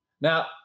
Now